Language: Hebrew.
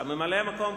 חברי הכנסת,